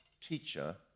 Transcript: teacher